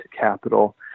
capital